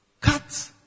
Cut